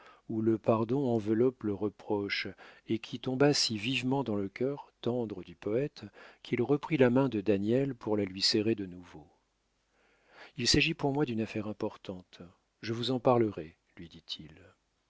où le pardon enveloppe le reproche et qui tomba si vivement dans le cœur tendre du poète qu'il reprit la main de daniel pour la lui serrer de nouveau il s'agit pour moi d'une affaire importante je vous en parlerai lui dit-il